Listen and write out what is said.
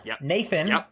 Nathan